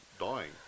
dying